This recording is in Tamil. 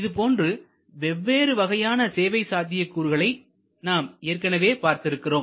இது போன்ற வெவ்வேறு வகையான சேவை சாத்தியக்கூறுகளை நாம் ஏற்கனவே பார்த்து இருக்கிறோம்